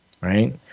right